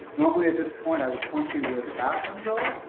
normally at this point i would point you where the bathrooms are,